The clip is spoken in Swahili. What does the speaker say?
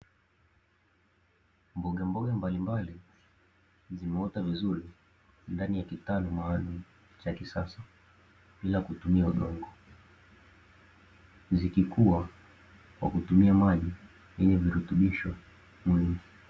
Mbogamboga mbalimbali zimeota vizuri ndani ya kitaru maalum, cha kisasa bila kutumia udongo zikikuwa kwa kutumia maji yenye virutubisho muhimu.